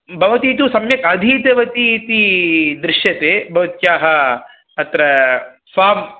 भवती तु सम्यक् अधीतवती इति दृश्यते भवत्याः अत्र स्वा